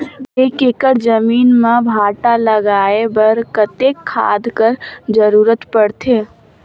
एक एकड़ जमीन म भांटा लगाय बर कतेक खाद कर जरूरत पड़थे?